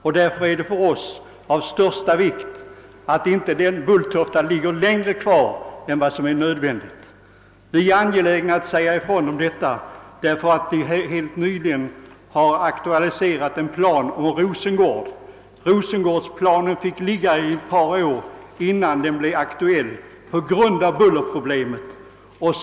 Det är därför av största vikt för oss att Bulltofta inte finns kvar längre än nödvändigt. Vi är angelägna om att säga ifrån om den saken, eftersom vi helt nyligen har aktualiserat ett projekt om utbyggnad av Rosengård. Den planen hade på grund av bullerproblemet fått ligga ett par år.